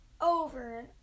over